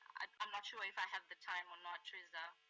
um not sure if i have the time or not, tereza.